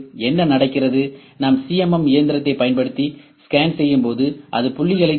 என்ன நடக்கிறது நாம் சிஎம்எம் இயந்திரத்தைப் பயன்படுத்தி ஸ்கேன் செய்யும்போது அது புள்ளிகளைத் தொடும்